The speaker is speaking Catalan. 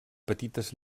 petites